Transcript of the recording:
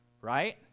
right